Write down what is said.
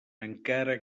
encara